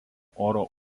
oro